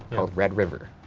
called red river.